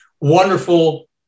wonderful